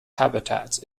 habitats